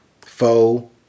foe